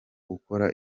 ukora